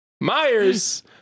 Myers